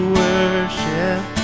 worship